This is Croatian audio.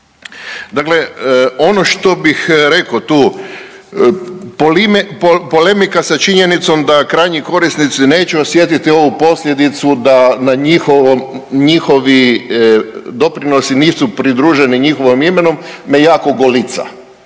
Dakle, ono što bih rekao tu, polemika sa činjenicom da krajnji korisnici neće osjetiti ovu posljedicu da na njihovom, njihovi doprinosi nisu pridruženi njihovom imenu me jako golica